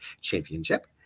Championship